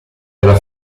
della